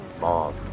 mom